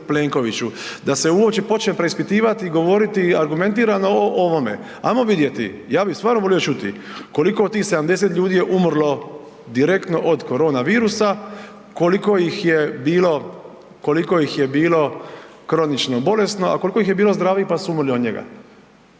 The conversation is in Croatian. Da se uopće počne preispitivati i govoriti argumentirano o ovome. Hajmo vidjeti, ja bih stvarno volio čuti, koliko od tih 70 ljudi je umrlo direktno od koronavirusa, koliko ih je bilo kronično bolesno, a koliko ih je bilo zdravih, pa su umrli od njega?